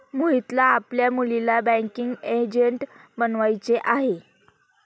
मोहितला आपल्या मुलीला बँकिंग एजंट बनवायचे आहे